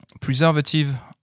preservative